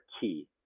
key